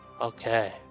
Okay